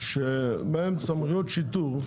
מעיין סמכויות שיטור.